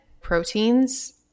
proteins